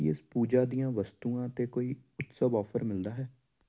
ਕੀ ਇਸ ਪੂਜਾ ਦੀਆਂ ਵਸਤੂਆਂ 'ਤੇ ਕੋਈ ਉਤਸਵ ਆਫ਼ਰ ਮਿਲਦਾ ਹੈ